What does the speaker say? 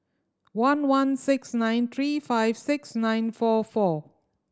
one one six nine three five six nine four four